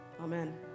Amen